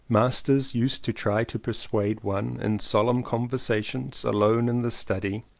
masters used to try to persuade one, in solemn conversations alone in the study,